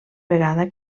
vegada